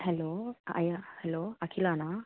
hello అయా hello అఖిలనా